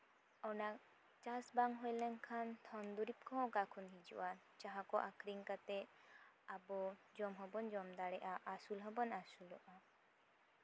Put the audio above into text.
ᱚᱱᱟ ᱪᱟᱥ ᱵᱟᱝ ᱦᱩᱭ ᱞᱮᱱᱠᱷᱟᱱ ᱫᱩᱨᱤᱵᱽ ᱠᱚᱦᱚᱸ ᱚᱠᱟ ᱠᱷᱚᱱ ᱦᱤᱡᱩᱜᱼᱟ ᱡᱟᱦᱟᱸ ᱠᱚ ᱟᱠᱷᱨᱤᱧ ᱠᱟᱛᱮᱜ ᱟᱵᱚ ᱡᱚᱢ ᱦᱚᱸᱵᱚᱱ ᱡᱚᱢ ᱫᱟᱲᱮᱭᱟᱜᱼᱟ ᱟᱥᱩᱞ ᱦᱚᱸᱵᱚᱱ ᱟᱹᱥᱩᱞᱚᱜᱼᱟ